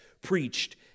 preached